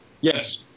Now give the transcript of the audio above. Yes